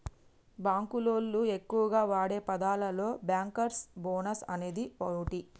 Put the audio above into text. బాంకులోళ్లు ఎక్కువగా వాడే పదాలలో బ్యాంకర్స్ బోనస్ అనేది ఓటి